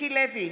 מיקי לוי,